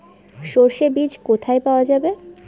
সর্ষে বিজ কোথায় পাওয়া যাবে?